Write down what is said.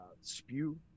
spew